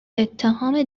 اتهام